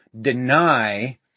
deny